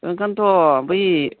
ओंखायनोथ' बै